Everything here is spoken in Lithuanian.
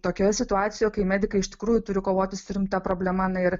tokioje situacijoje kai medikai iš tikrųjų turi kovoti su rimta problema na ir